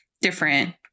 different